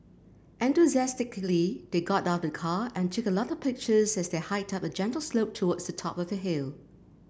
enthusiastically they got out of the car and took a lot of pictures as they hiked up a gentle slope towards the top of the hill